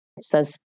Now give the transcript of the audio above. says